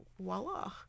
voila